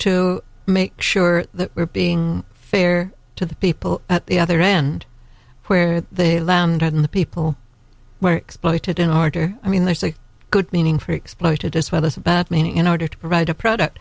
to make sure that we're being fair to the people at the other end where they landed and the people where exploited in art are i mean there's a good meaning for exploited as well as a bad meaning in order to provide a product